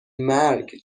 مرگ